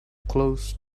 close